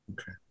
okay